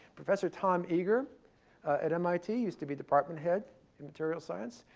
professor tom eagar at mit, used to be department head in material science,